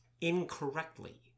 incorrectly